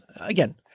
again